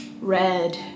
Red